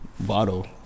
Bottle